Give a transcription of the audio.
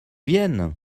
vienne